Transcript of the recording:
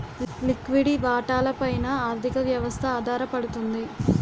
లిక్విడి వాటాల పైన ఆర్థిక వ్యవస్థ ఆధారపడుతుంది